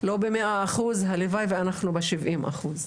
שאנחנו לא במאה אחוז, הלוואי שאנחנו ב-70 אחוז.